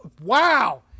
Wow